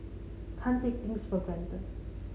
can't take things for granted